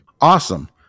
Awesome